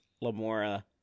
Lamora